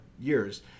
years